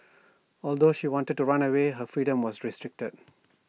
although she wanted to run away her freedom was restricted